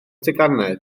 teganau